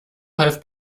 half